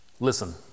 Listen